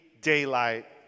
daylight